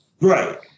Right